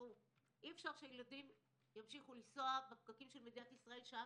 אי אפשר שהילדים ימשיכו לנסוע בפקקים של מדינת ישראל במשך שעה